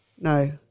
No